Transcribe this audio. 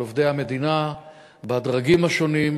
על עובדי המדינה בדרגים השונים,